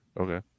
Okay